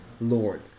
Lord